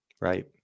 Right